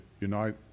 unite